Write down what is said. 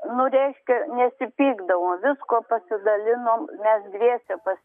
nu reiškia nesipykdavom viskuo pasidalinom mes dviese pas